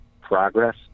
progress